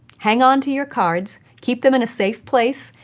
hang onto your cards keep them in a safe place,